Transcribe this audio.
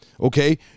okay